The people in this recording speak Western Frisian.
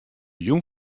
jûn